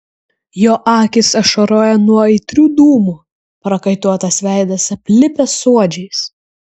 jo akys ašaroja nuo aitrių dūmų prakaituotas veidas aplipęs suodžiais